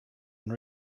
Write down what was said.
and